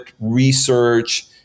research